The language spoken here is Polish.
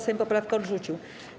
Sejm poprawkę odrzucił.